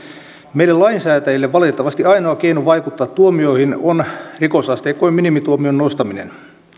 meille lainsäätäjille valitettavasti ainoa keino vaikuttaa tuomioihin on rikosasteikkojen minimituomion nostaminen